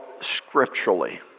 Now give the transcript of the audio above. scripturally